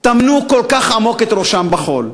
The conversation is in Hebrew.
טמנו כל כך עמוק את ראשם בחול.